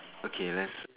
okay let's